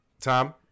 Tom